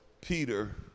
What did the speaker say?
Peter